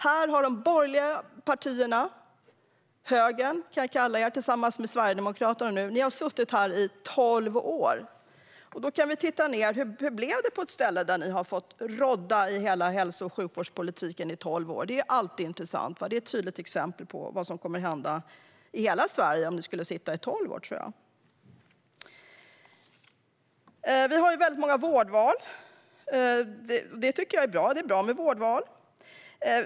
Här har ni borgerliga partier - jag kan kalla er högern - tillsammans med Sverigedemokraterna styrt i tolv år. Då kan vi titta på hur det blev på ett ställe där ni har fått rådda hela hälso och sjukvårdspolitiken i tolv år. Det är alltid intressant. Det är ett tydligt exempel på vad som kommer att hända i hela Sverige om ni skulle sitta där i tolv år, tror jag. Vi har väldigt många vårdval. Det tycker jag är bra. Det är bra med vårdval.